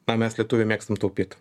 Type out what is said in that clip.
na mes lietuviai mėgstam taupyti